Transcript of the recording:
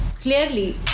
clearly